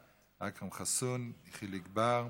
אכרם חסון וחיליק בר.